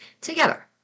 together